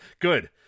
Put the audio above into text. good